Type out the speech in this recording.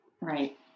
Right